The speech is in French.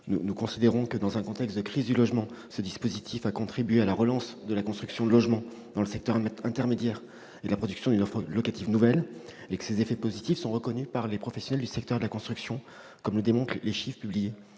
Nous considérons que, dans un contexte de crise du logement, cet instrument a contribué à la relance de la construction de logements dans le secteur intermédiaire et à la production d'une offre locative nouvelle. Ces effets positifs sont d'ailleurs reconnus par les professionnels du secteur de la construction, comme le démontrent les chiffres publiés